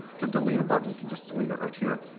to delete a button, you can just delete it right here.